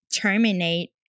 terminate